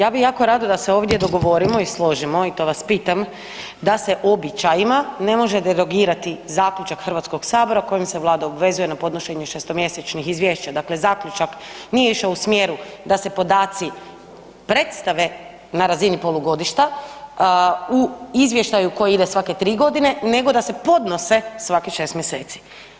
Kao prvo, ja bi jako rado da se ovdje dogovorimo i složimo, i to vas pitam, da se običajima ne može derogirati zaključka Hrvatskog sabora kojim se Vlada obvezuje na podnošenje šestomjesečnih izvješća, dakle zaključak nije išao u smjeru da se podaci predstave na razini polugodišta u izvještaju koji ide svake 3 g., nego da se podnose svakih 6 mjeseci.